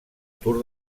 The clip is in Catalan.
tour